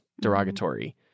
derogatory